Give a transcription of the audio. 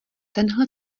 tenhle